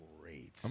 great